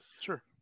Sure